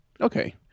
Okay